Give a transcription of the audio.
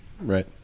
Right